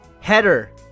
Header